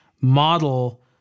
model